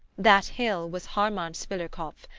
that hill was hartmannswillerkopf,